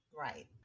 Right